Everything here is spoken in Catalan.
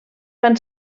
van